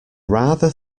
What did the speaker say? rather